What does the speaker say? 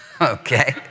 okay